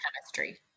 chemistry